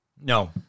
No